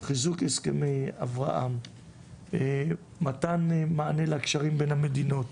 חיזוק הסכמי אברהם, מתן מענה לקשרים בין המדינות,